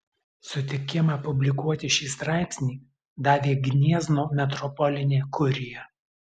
sutikimą publikuoti šį straipsnį davė gniezno metropolinė kurija